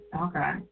okay